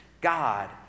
God